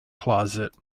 closet